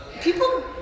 people